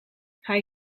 hij